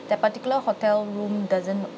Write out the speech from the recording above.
that particular hotel room doesn't